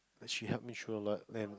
she helped me through a lot and